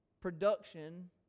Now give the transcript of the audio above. production